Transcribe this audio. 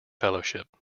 fellowship